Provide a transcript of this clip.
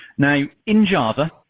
now, in java,